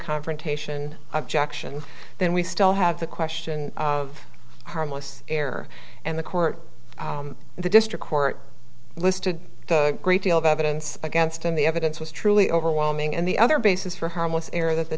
confrontation objection then we still have the question of harmless error and the court in the district court listed a great deal of evidence against him the evidence was truly overwhelming and the other basis for harmless error that the